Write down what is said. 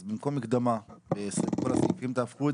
אז במקום מקדמה עם כל הסעיפים תהפכו את